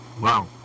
Wow